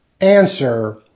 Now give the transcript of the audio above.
Answer